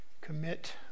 commit